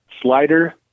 Slider